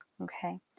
okay